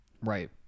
Right